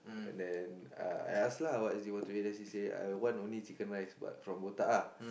and then uh I ask lah what is it you want to eat they she say I want only chicken rice but from botak lah